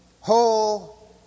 whole